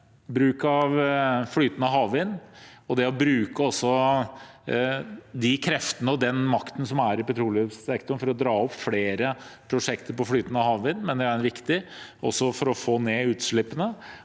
Bruk av flytende havvind og de kreftene og den makten som er i petroleumssektoren for å dra opp flere prosjekter for flytende havvind, mener jeg også er viktig for å få ned utslippene.